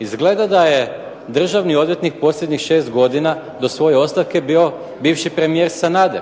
izgleda da je državni odvjetnik posljednjih 6 godina do svoje ostavke bio bivši premijer Sanader.